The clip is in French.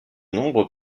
nombreux